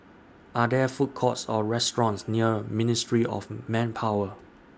Are There Food Courts Or restaurants near Ministry of Manpower